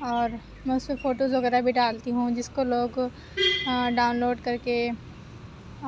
اور میں اُس پہ فوٹوز وغیرہ بھی ڈالتی ہوں جس کو لوگ ڈاؤن لوڈ کر کے